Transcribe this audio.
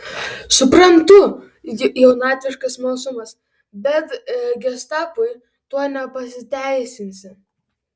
suprantu jaunatviškas smalsumas bet gestapui tuo nepasiteisinsi